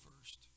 first